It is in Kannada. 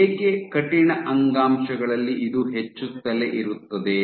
ಏಕೆ ಕಠಿಣ ಅಂಗಾಂಶಗಳಲ್ಲಿ ಇದು ಹೆಚ್ಚುತ್ತಲೇ ಇರುತ್ತದೆ